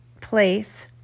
place